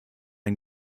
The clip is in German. ein